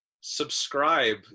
subscribe